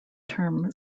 term